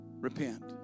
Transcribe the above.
repent